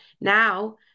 now